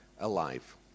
alive